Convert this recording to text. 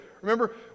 Remember